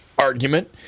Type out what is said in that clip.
argument